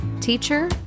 teacher